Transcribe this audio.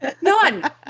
None